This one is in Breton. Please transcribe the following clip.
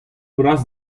vras